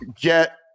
get